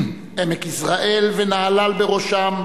עמק יזרעאל, ונהלל בראשו,